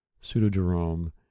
Pseudo-Jerome